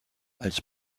als